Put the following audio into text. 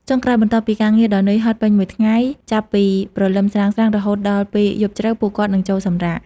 ចុងក្រោយ បន្ទាប់ពីការងារដ៏នឿយហត់ពេញមួយថ្ងៃចាប់ពីព្រលឹមស្រាងៗរហូតដល់ពេលយប់ជ្រៅ ពួកគាត់នឹងចូលសម្រាក។